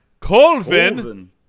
Colvin